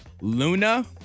Luna